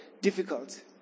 difficult